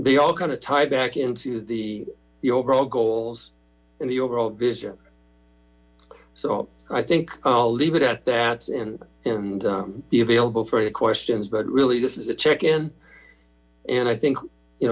they all kind of tied back into the the overall goals and the overall vision so i think i'll leave it at that and and be available for any questions but really this is a check in and i think you